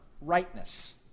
rightness